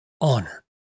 honor